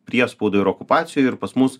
priespaudoj ir okupacijoj ir pas mus